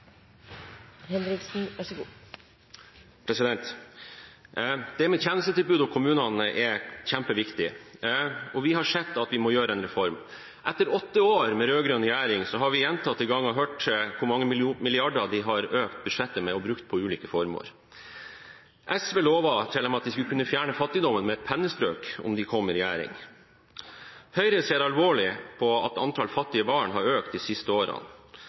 kjempeviktig, og vi har sett at vi må gjøre en reform. Etter åtte år med rød-grønn regjering har vi gjentatte ganger hørt hvor mange milliarder de har økt budsjettet med og brukt på ulike formål. SV lovet til og med at de skulle kunne fjerne fattigdommen med et pennestrøk om de kom i regjering. Høyre ser alvorlig på at antallet fattige barn har økt de siste årene.